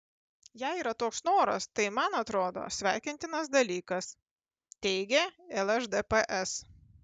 jei yra toks noras tai man atrodo sveikintinas dalykas teigė lšdps